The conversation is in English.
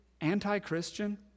anti-Christian